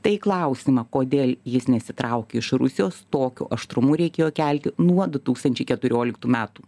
tai klausimą kodėl jis nesitraukia iš rusijos tokiu aštrumu reikėjo kelti nuo du tūkstančiai keturioliktų metų